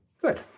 Good